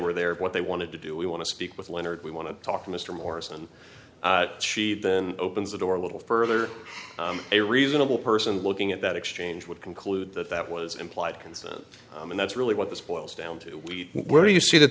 were there what they wanted to do we want to speak with leonard we want to talk to mr morris and she then opens the door a little further a reasonable person looking at that exchange would conclude that that was implied consent and that's really what this boils down to we were you see that